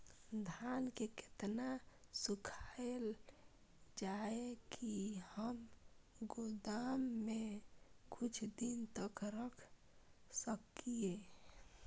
धान के केतना सुखायल जाय की हम गोदाम में कुछ दिन तक रख सकिए?